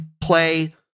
play